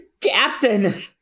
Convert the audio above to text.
Captain